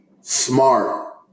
smart